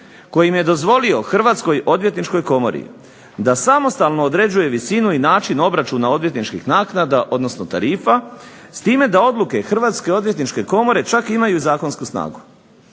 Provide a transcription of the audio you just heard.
kojim je dozvolio Hrvatskoj odvjetničkoj komori da samostalno određuje visinu i način obračuna odvjetničkih naknada, odnosno tarifa s time da odluke Hrvatske odvjetničke komore čak imaju i zakonsku snagu.